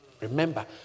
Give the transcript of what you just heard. Remember